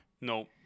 No